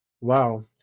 Wow